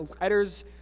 letters